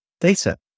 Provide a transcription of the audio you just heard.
data